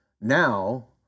Now